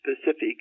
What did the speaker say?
specific